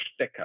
stecker